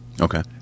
Okay